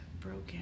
broken